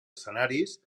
escenaris